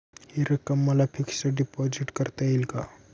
हि रक्कम मला फिक्स डिपॉझिट करता येईल का?